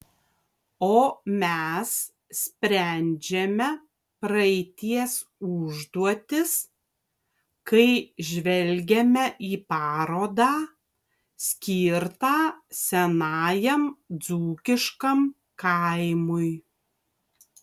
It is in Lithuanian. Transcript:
o mes sprendžiame praeities užduotis kai žvelgiame į parodą skirtą senajam dzūkiškam kaimui